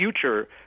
future